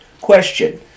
Question